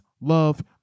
love